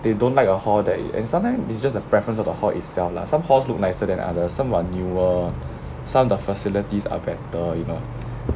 they don't like a hall and sometimes it's just a preference of the hall itself lah somehow look nicer than others some are newer some the facilities are better you know